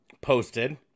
posted